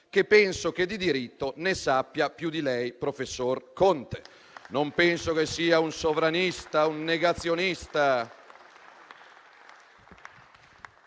che penso che di diritto ne sappia più di lei, professor Conte. Non penso che sia un sovranista o un negazionista